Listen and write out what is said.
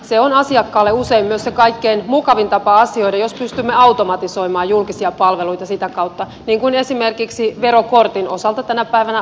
se on asiakkaalle usein myös se kaikkein mukavin tapa asioida jos pystymme automatisoimaan julkisia palveluita sitä kautta niin kuin esimerkiksi verokortin osalta tänä päivänä on